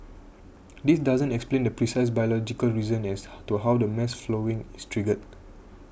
this doesn't explain the precise biological reason as to how the mass flowering is triggered